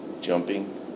jumping